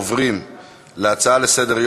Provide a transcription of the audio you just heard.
להצביע.